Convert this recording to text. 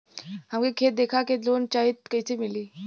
हमके खेत देखा के लोन चाहीत कईसे मिली?